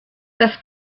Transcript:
das